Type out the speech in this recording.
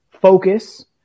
focus